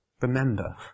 remember